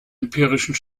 empirischen